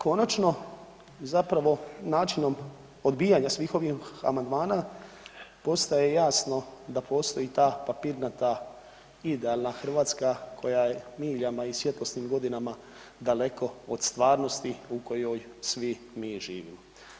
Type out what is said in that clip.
Konačno, načinom odbijanja svih ovih amandmana postoji jasno da postoji ta papirnata idealna Hrvatska koja je miljama i svjetlosnim godinama daleko od stvarnosti u kojoj svi mi živimo.